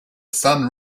sun